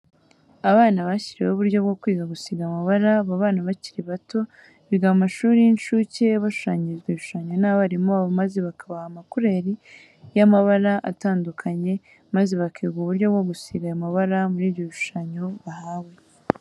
Abana bashyiriweho uburyo bwo kwiga gusiga amabara. Aba bana bakiri bato biga mu mashuri y'incuke bashushanyirizwa ibishushanyo n'abarimu babo maze bakabaha amakureri y'amabara atandukanye, maze bakiga uburyo bwo gusiga ayo mabara muri ibyo bishushanyo bahawe.